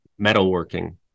metalworking